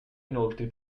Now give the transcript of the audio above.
inoltre